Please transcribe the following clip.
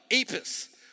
Apis